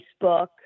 Facebook